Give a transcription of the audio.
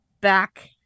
back